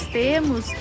temos